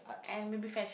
and maybe fash~